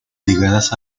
ligadas